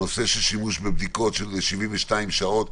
הנושא של שימוש בבדיקות של 72 שעות,